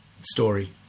story